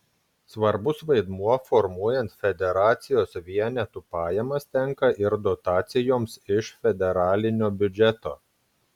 svarbus vaidmuo formuojant federacijos vienetų pajamas tenka ir dotacijoms iš federalinio biudžeto